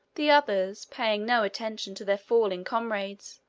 the others, paying no attention to their falling comrades,